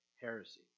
heresy